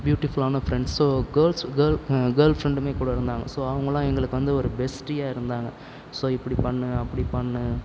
பியூட்டிஃபுல்லான friends so girls girl ஃபிரெண்ட்டுமே கூட இருந்தாங்க ஸோ அவங்கெல்லாம் எங்களுக்கு வந்து ஒரு பெஸ்ட்டியாக இருந்தாங்க ஸோ இப்படி பண்ணு அப்படி பண்ணு